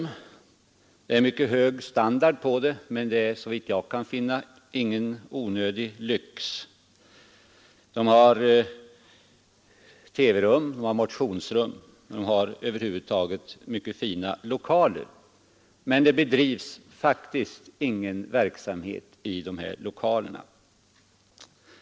Standarden är mycket hög, men det är såvitt jag kan finna ingen onödig lyx. De har TV-rum och motionsrum, de har över huvud taget mycket fina lokaler. Men det bedrivs faktiskt ingen verksamhet i de här lokalerna.